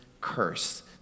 curse